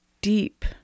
deep